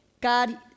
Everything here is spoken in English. God